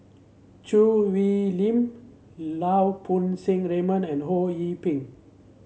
Choo Hwee Lim Lau Poo Seng Raymond and Ho Yee Ping